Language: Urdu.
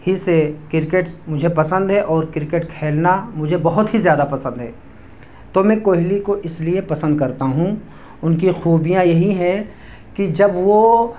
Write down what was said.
ہی سے کرکٹ مجھے پسند ہے اور کرکٹ کھیلنا مجھے بہت ہی زیادہ پسند ہے تو میں کوہلی کو اس لیے پسند کرتا ہوں ان کی خوبیاں یہی ہے کہ جب وہ